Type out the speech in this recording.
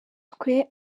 twe